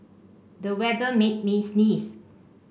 the weather made me sneeze